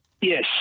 yes